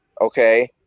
Okay